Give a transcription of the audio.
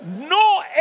no